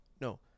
no